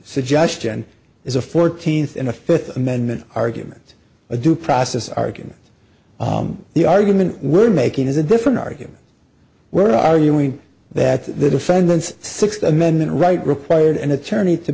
suggestion is a fourteenth in a fifth amendment argument a due process argument the argument we're making is a different argument we're arguing that the defendants sixth amendment right required an attorney to